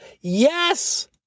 yes